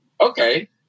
okay